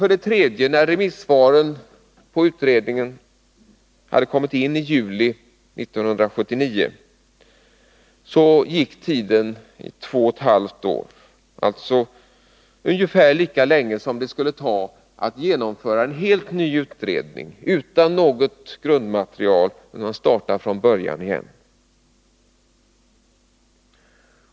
För det tredje: När remissvaren på utredningen hade kommit in i juli 1979 gick tiden — två och ett halvt år, alltså ungefär lika länge som det skulle ta att genomföra en helt ny utredning utan något grundmaterial, om man startat från början igen.